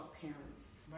parents